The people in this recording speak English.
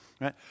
right